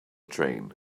train